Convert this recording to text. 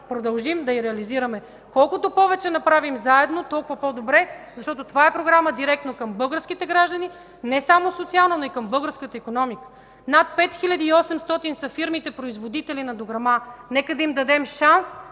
продължим да я реализираме. Колкото повече направим заедно, толкова по-добре, защото това е програма директно към българските граждани – не само социална, но и към българската икономика. Над 5800 са фирмите-производители на дограма. Нека им дадем шанс